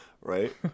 right